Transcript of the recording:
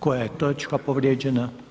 Koja je točka povrijeđena?